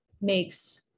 makes